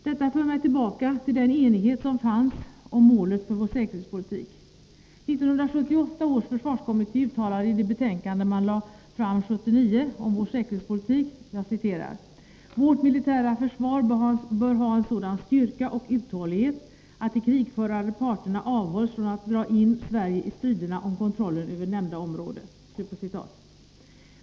Detta för mig tillbaka till den enighet som fanns om målet för vår säkerhetspolitik. 1978 års försvarskommitté uttalade i det betänkande man framlade 1979 att ”vårt militära försvar bör ha en sådan styrka och uthållighet att de krigförande parterna avhålles från att dra in Sverige i striden om kontrollen över det nämnda området”.